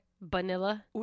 vanilla